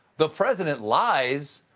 the president lies.